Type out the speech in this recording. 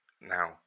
now